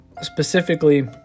specifically